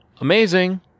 Amazing